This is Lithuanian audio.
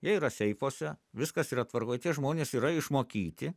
jie yra seifuose viskas yra tvarkoj tie žmonės yra išmokyti